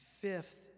fifth